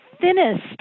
thinnest